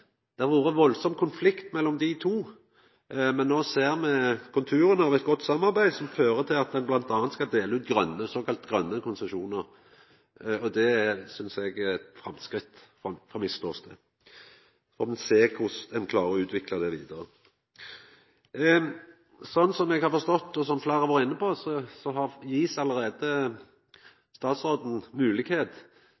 Det har vore ein stor konflikt mellom dei to, men no ser me konturen av eit godt samarbeid, som fører til at ein bl.a. skal dela ut såkalla grøne konsesjonar. Det synest eg er eit framsteg, sett frå mitt ståsted. Me får sjå korleis ein klarer å utvikla det vidare. Slik eg har forstått det, og som fleire har vore inne på,